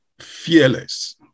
fearless